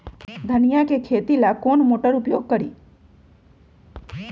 धनिया के खेती ला कौन मोटर उपयोग करी?